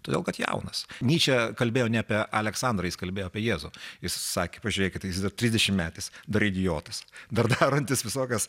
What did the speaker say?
todėl kad jaunas nyčė kalbėjo ne apie aleksandrą jis kalbėjo apie jėzų jis sakė pažiūrėkit jis dar trisdešimtmetis dar idiotas dar darantis visokias